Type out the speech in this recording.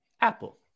apple